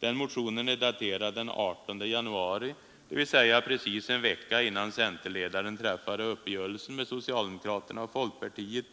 Den motionen är daterad den 18 januari — dvs. precis en vecka innan centerledaren träffade uppgörelsen med socialdemokraterna och folkpartiet.